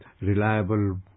reliable